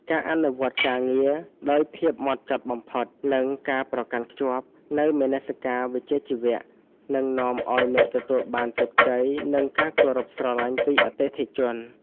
ការអនុវត្តការងារដោយភាពហ្មត់ចត់បំផុត និងការប្រកាន់ខ្ជាប់នូវមនសិការវិជ្ជាជីវៈ នឹងនាំឱ្យអ្នកទទួលបានជោគជ័យ និងការគោរពស្រឡាញ់ពីអតិថិជន។